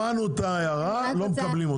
שמענו את ההערה, אנחנו לא מקבלים אותה.